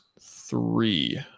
three